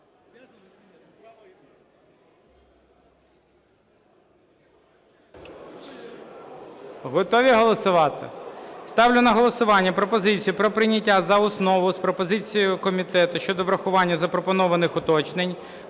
Готові голосувати? Ставлю на голосування пропозицію про прийняття за основу з пропозицією комітету щодо врахування запропонованих уточнень